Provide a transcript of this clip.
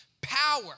power